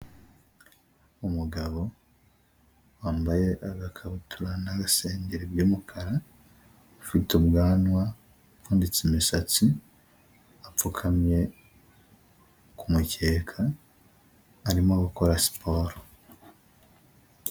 Umugabo wambaye agakabutura n'agasengeri by'umukara, ufite ubwanwa upfunditse imisatsi apfukamye ku mukeka arimo gukora siporo.